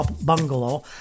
bungalow